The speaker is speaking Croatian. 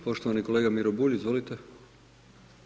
Poštovani kolega Miro Bulj, izvolite.